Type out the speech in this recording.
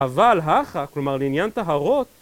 אבל האחר כלומר לעניין תהרות